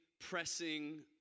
pressing